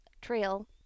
trail